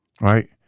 right